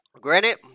Granted